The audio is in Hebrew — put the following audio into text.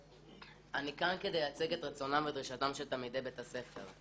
אני כאן כדי לייצג את רצונם ודרישתם של תלמידי בית הספר,